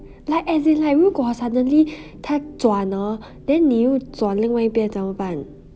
like as in like 如果:ru guoo suddenly 他转 hor then 你又转另外一边怎么办